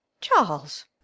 Charles